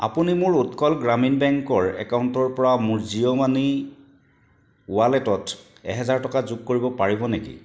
আপুনি মোৰ উৎকল গ্ৰামীণ বেংকৰ একাউণ্টৰ পৰা মোৰ জিঅ' মানিৰ ৱালেটত এহেজাৰ টকা যোগ কৰিব পাৰিব নেকি